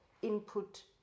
input